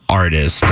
artist